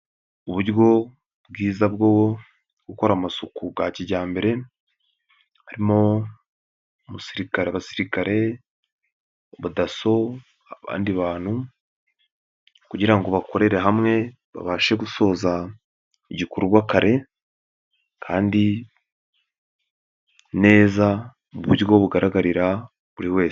Uburyo, bwiza bwo, gukora amasuku bwa kijyambere. Harimo, umusirikare abasirikare, abadaso, abandi bantu, kugira ngo bakorere hamwe babashe gusoza, igikorwa kare, kandi, neza mu buryo bugaragarira, buri wese.